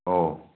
ꯑꯣ